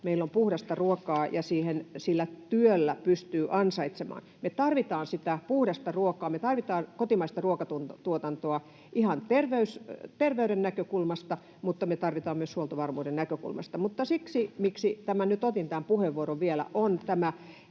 meillä on puhdasta ruokaa ja että sillä työllä pystyy ansaitsemaan. Me tarvitaan puhdasta ruokaa ja me tarvitaan kotimaista ruokatuotantoa paitsi ihan terveyden näkökulmasta myös huoltovarmuuden näkökulmasta. Se, miksi nyt otin tämän puheenvuoron vielä, on